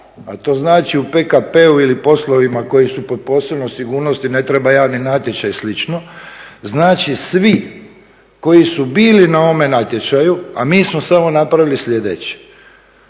a to znači u PKP-u ili u poslovima koji su pod posebnom sigurnosti, ne treba javni natječaj i slično. Znači svi koji su bili na ovome natječaju, a mi smo samo napravili sljedeće,